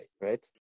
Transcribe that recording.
right